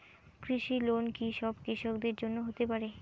কৃষি লোন কি সব কৃষকদের জন্য হতে পারে?